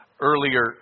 earlier